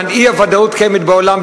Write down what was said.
האי-ודאות קיימת בעולם,